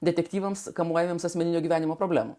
detektyvams kamuojamiems asmeninio gyvenimo problemų